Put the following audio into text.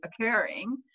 occurring